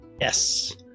Yes